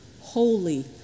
holy